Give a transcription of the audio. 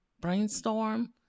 Brainstorm